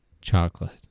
chocolate